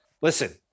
listen